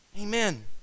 Amen